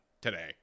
today